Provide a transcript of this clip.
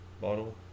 bottle